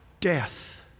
death